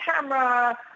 camera